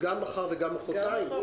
גם מחר וגם מוחרתיים?